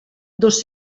dos